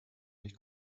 nicht